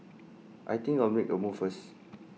I think I'll make A move first